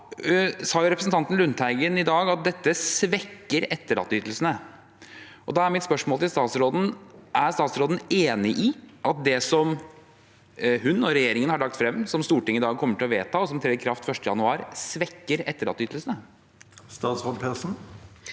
Lundteigen i dag at dette svekker etterlatteytelsene. Da er mitt spørsmål til statsråden: Er statsråden enig i at det som hun og regjeringen har lagt frem, som Stortinget i dag kommer til å vedta, og som trer i kraft 1. januar, svekker etterlatteytelsene? Statsråd Marte